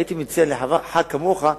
הייתי מציע לחבר כנסת כמוך,